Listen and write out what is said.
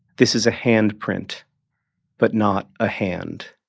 this is a hand print but not a hand.